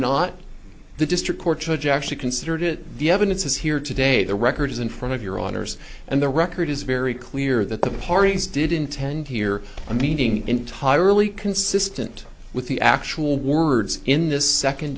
not the district court judge actually considered it the evidence is here today the record is in front of your honor's and the record is very clear that the parties did intend here a meeting entirely consistent with the actual words in this second